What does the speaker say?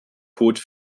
code